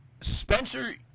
Spencer